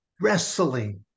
wrestling